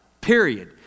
period